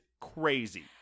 crazy